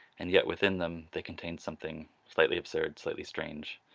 and yet within them they contained something slightly absurd, slightly strange,